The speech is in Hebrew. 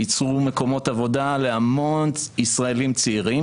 ייצרו מקומות עבודה להמון ישראלים צעירים,